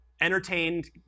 entertained